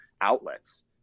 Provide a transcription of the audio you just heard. outlets